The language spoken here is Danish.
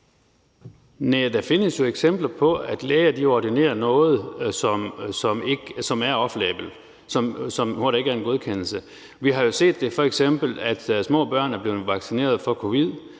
der findes jo eksempler på, at læger ordinerer noget, som er off label, hvor der ikke er en godkendelse. Vi har jo f.eks. set, at små børn er blevet vaccineret mod covid